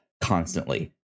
constantly